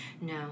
No